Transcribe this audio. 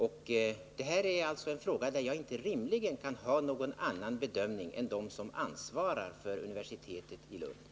I den här frågan kan jag inte rimligen ha någon annan bedömning än den som gjorts av dem som ansvarar för universitetet i Lund.